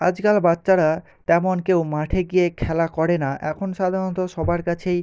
আজকাল বাচ্চারা তেমন কেউ মাঠে গিয়ে খেলা করে না এখন সাধারণত সবার কাছেই